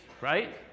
right